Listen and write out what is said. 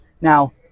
Now